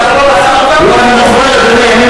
לא, אני מוכן, אדוני.